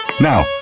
Now